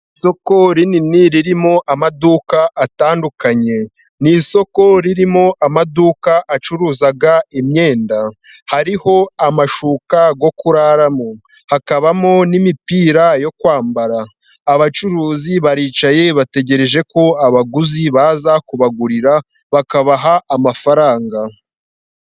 Isoko rinini ririmo amaduka atandukanye. Ni isoko ririmo amaduka acuruza imyenda. Harimo amashuka yo kuraramo ,hakabamo n'imipira yo kwambara. Abacuruzi baricaye, bategereje ko abaguzi baza kubagurira bakabaha amafaranga.